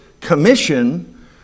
commission